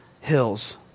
Hills